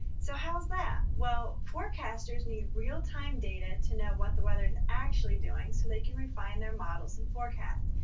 so how's that? well, forecasters need real time data to know what the weather's actually doing so they can refine their models and forecasts.